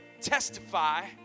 testify